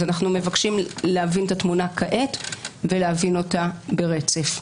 אז אנחנו מבקשים להבין את התמונה כעת ולהבין אותה ברצף.